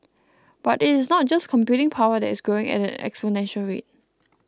but it is not just computing power these growing at an exponential rate